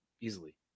easily